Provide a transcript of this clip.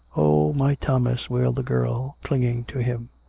oh! my thomas! wailed the girl, clinging to him.